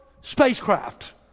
spacecraft